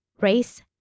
race